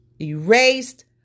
erased